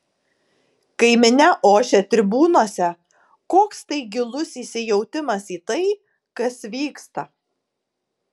kai minia ošia tribūnose koks tai gilus įsijautimas į tai kas vyksta